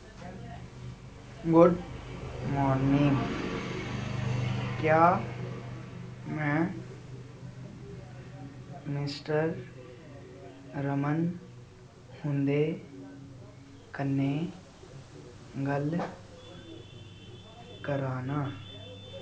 good morning क्या मैं mister Raman हुंदे कन्नै गल्ल करा नां